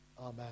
Amen